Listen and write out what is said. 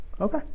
Okay